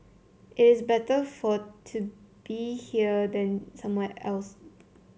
it's better for to be here than somewhere else